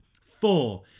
Four